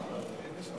לא.